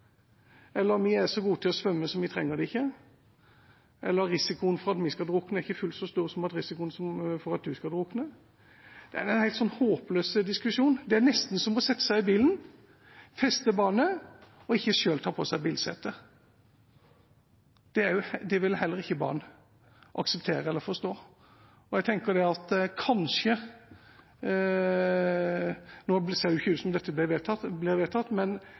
Eller skal man svare at vi trenger ikke vest, eller at vi er så gode til å svømme at vi trenger det ikke, eller at risikoen for at vi skal drukne er ikke fullt så stor som risikoen for at du skal drukne? Det er en håpløs diskusjon. Det er nesten som å sette seg i bilen, feste barnet og ikke selv ta på seg setebeltet. Det vil barn heller ikke akseptere eller forstå. Nå ser det ikke ut som dette blir vedtatt, men